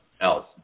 else